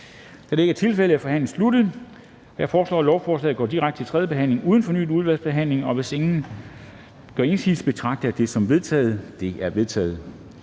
det ikke er tilfældet, er forhandlingen sluttet. Jeg foreslår, at lovforslaget går direkte til tredje behandling uden fornyet udvalgsbehandling, og hvis ingen gør indsigelse, betragter jeg det som vedtaget. Det er vedtaget.